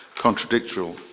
contradictory